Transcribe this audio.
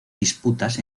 disputas